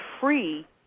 free